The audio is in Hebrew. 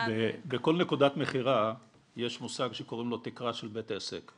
בכל נקודת מכירה יש מושג שנקרא תקרה של בית עסק.